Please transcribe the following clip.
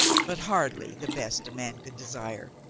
but hardly the best a man could desire.